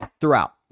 throughout